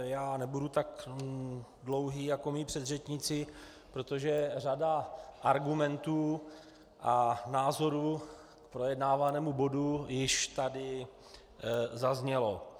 Já nebudu tak dlouhý jako mí předřečníci, protože řada argumentů a názorů k projednávanému bodu již tady zazněla.